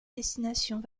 destinations